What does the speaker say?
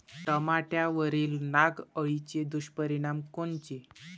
टमाट्यावरील नाग अळीचे दुष्परिणाम कोनचे?